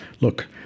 Look